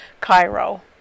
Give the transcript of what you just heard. Cairo